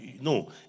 No